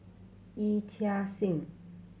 Yee Chia Hsing